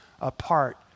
apart